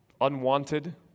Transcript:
unwanted